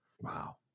Wow